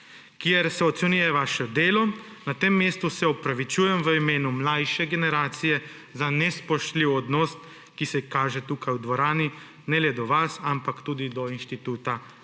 kjer se ocenjuje vaše delo. Na tem mestu se opravičujem v imenu mlajše generacije za nespoštljiv odnos, ki se kaže tukaj v dvorani ne le do vas, ampak tudi do instituta ministra